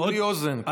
כולי אוזן.